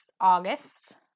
August